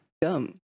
dumb